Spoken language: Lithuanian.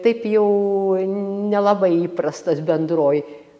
taip jau nelabai įprastas bendroj